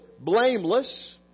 blameless